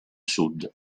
sud